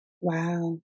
Wow